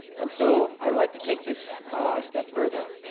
and so i'd like to take this a step further.